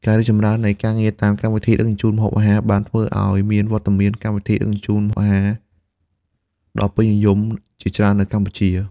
ការរីកចម្រើននៃការងារតាមកម្មវិធីដឹកជញ្ជូនម្ហូបអាហារបានធ្វើឱ្យមានវត្តមាន កម្មវិធីដឹកជញ្ជូនអាហារដ៏ពេញនិយម ជាច្រើននៅកម្ពុជា។